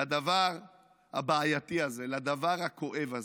לדבר הבעייתי הזה, לדבר הכואב הזה.